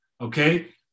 Okay